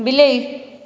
ବିଲେଇ